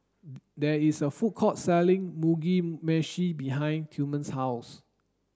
there is a food court selling Mugi meshi behind Tillman's house